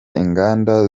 inganda